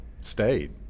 stayed